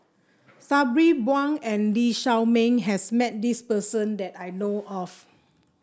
Sabri Buang and Lee Shao Meng has met this person that I know of